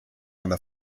einer